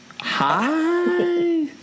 Hi